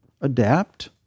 Adapt